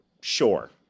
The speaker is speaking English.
sure